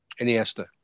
Iniesta